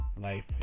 life